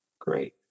Great